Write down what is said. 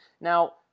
Now